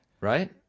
right